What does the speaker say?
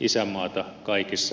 isänmaata kaikissa tilanteissa